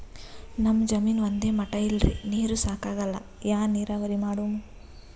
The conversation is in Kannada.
ನಮ್ ಜಮೀನ ಒಂದೇ ಮಟಾ ಇಲ್ರಿ, ನೀರೂ ಸಾಕಾಗಲ್ಲ, ಯಾ ನೀರಾವರಿ ಮಾಡಮು?